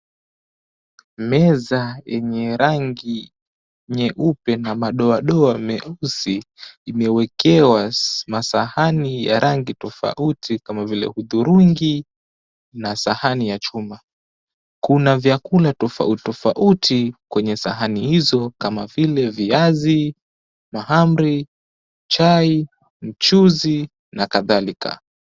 Meza yenye rangi nyeupe na madoadoa meusi, imewekewa masahani ya rangi tofauti kama vile hudhurungi na sahani ya chuma. Kuna vyakula tofauti tofauti kwenye sahani hizo kama vile viazi, mahamri, chai, mchuzi na kadhalika.